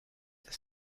the